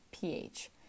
pH